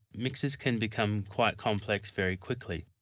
mixes can become quite complex very quickly.